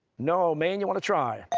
no, maine, you want to try?